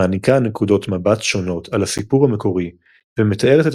מעניקה נקודות מבט שונות על הסיפור המקורי ומתארת את